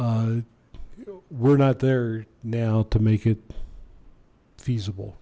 we're not there now to make it feasible